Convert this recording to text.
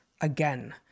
again